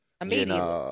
immediately